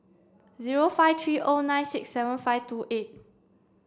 zero five three O nine six seven five two eight